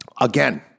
again